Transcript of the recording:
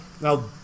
Now